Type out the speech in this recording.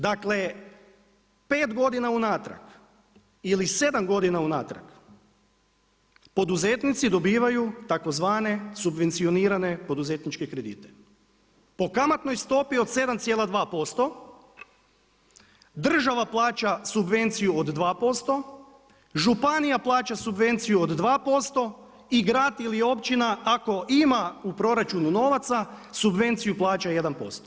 Dakle 5 godina unatrag, ili 7 godina unatrag poduzetnici dobivaju tzv. subvencionirane poduzetničke kredite po kamatnoj stopi od 7,2%, država plaća subvenciju od 25, županija plaća subvenciju od 2% i grad ili općina ako ima u proračunu novaca subvenciju plaća 1%